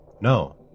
No